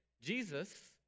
Jesus